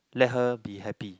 let her be happy